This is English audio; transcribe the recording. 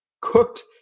cooked